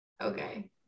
Okay